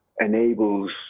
enables